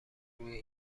روی